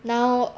now